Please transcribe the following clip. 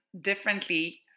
differently